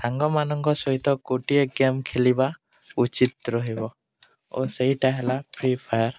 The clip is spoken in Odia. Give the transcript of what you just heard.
ସାଙ୍ଗମାନଙ୍କ ସହିତ ଗୋଟିଏ ଗେମ୍ ଖେଲିବା ଉଚିତ ରହିବ ଓ ସେଇଟା ହେଲା ଫ୍ରିଫାୟାର୍